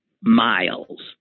Miles